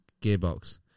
Gearbox